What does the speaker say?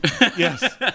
Yes